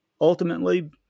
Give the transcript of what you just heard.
ultimately